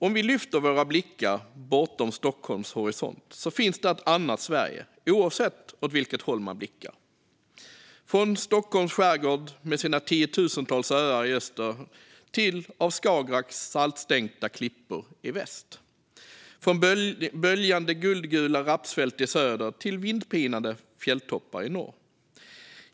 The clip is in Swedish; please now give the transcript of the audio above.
Om vi lyfter våra blickar bortom Stockholms horisont finns där ett annat Sverige oavsett åt vilket håll man blickar: från Stockholms skärgård med sina tiotusentals öar i öster till av Skagerrak saltstänkta klippor i väst och från böljande guldgula rapsfält i söder till vindpinade fjälltoppar i norr.